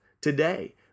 today